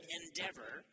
endeavor